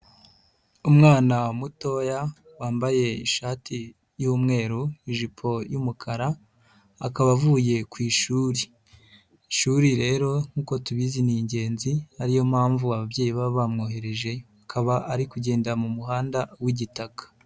Umwana mutoya wambaye ishati y'umweru, ijipo y'umukara, akaba avuye ku ishuri. Ishuri rero nk'uko tubizi ni ingenzi ari yo mpamvu ababyeyi baba bamwohereje akaba ari kugenda mu muhanda w'igitaka.